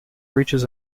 reaches